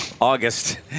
August